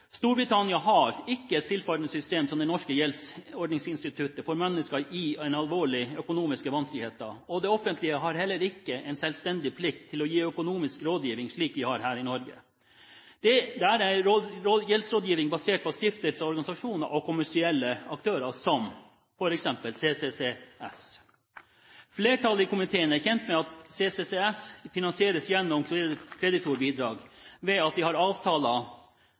Storbritannia har ikke et tilsvarende system som det norske gjeldsordningsinstituttet for mennesker i alvorlige økonomiske vanskeligheter, og det offentlige har heller ikke en selvstendig plikt til å gi økonomisk rådgivning, slik vi har her i Norge. Der er gjeldsrådgivning basert på stiftelser/organisasjoner og kommersielle aktører, som f.eks. CCCS. Flertallet i komiteen er kjent med at CCCS finansieres gjennom kreditorbidrag, ved at de har